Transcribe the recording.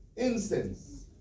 Incense